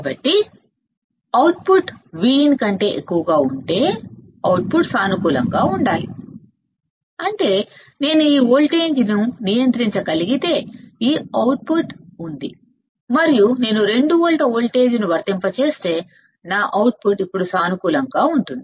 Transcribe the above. కాబట్టి అవుట్పుట్ సానుకూలంగా ఉండాలి సరే ఒకవేళ Vin కంటే అవుట్పుట్ ఎక్కువగా ఉంటే అంటే నేను ఈ వోల్టేజ్ను నియంత్రించగలిగితే ఈ అవుట్పుట్ ఉంది మరియు నేను 2 వోల్ట్స్ ను వర్తింపజేస్తే నా అవుట్పుట్ ఇప్పుడు సానుకూలంగా ఉంటుంది